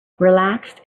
relaxed